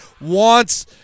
Wants